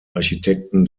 architekten